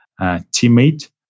teammate